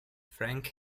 frank